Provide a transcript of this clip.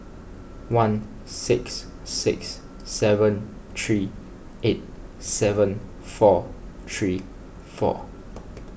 one six six seven three eight seven four three four